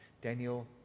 Daniel